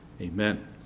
Amen